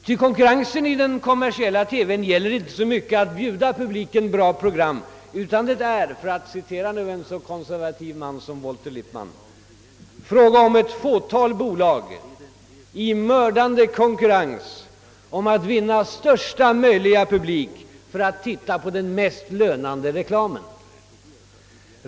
Ty konkurrensen i den kommersiella TV:n går inte så mycket ut på att bjuda publiken bättre program, utan det är — för att citera en så konservativ man som Walter Lippmann — fråga om ett fåtal bolag i mördande konkurrens om att vinna största möjliga publik för att titta på den mest lönande reklamen.